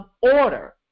order